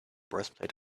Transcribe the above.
breastplate